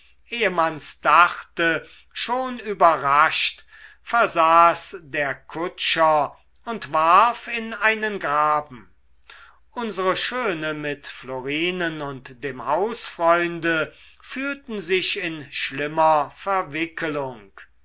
man's dachte schon überrascht versah's der kutscher und warf in einen graben unsere schöne mit florinen und dem hausfreunde fühlten sich in schlimmer verwickelung